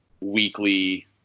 weekly